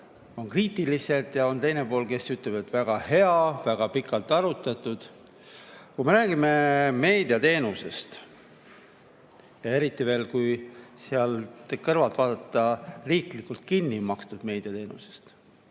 kriitilised ja on teine pool, kes ütlevad, et väga hea [eelnõu], väga pikalt arutatud. Kui me räägime meediateenusest ja eriti veel, kui selle kõrval vaadata riiklikult kinni makstud meediateenust,